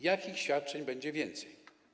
Jakich świadczeń będzie więcej?